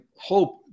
hope